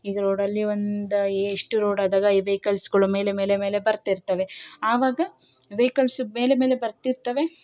ಈಗ ರೋಡಲ್ಲಿ ಒಂದು ಇಷ್ಟು ರೋಡಾದಾಗ ಈ ವೈಕಲ್ಸ್ಗಳು ಮೇಲೆ ಮೇಲೆ ಮೇಲೆ ಬರ್ತಿರ್ತವೆ ಆವಾಗ ವೈಕಲ್ಸ್ ಮೇಲೆ ಮೇಲೆ ಬರ್ತಿರ್ತವೆ